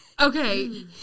Okay